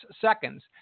seconds